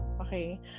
Okay